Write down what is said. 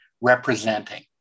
representing